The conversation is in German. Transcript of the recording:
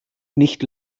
nicht